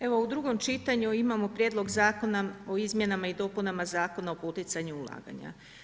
Evo u drugom čitanju imamo Prijedlog zakona o izmjenama i dopunama Zakona o poticanju ulaganja.